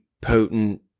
potent